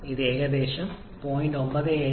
ഇത് ഏകദേശം 0